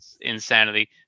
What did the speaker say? insanity